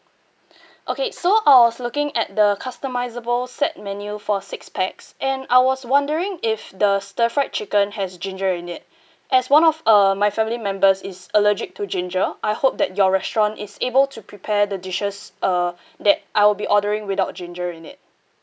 okay so I was looking at the customisable set menu for six pax and I was wondering if the stir fried chicken has ginger in it as one of uh my family members is allergic to ginger I hope that your restaurant is able to prepare the dishes uh that I will be ordering without ginger in it